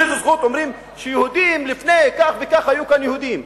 באיזו זכות אומרים שלפני כך וכך היו פה יהודים?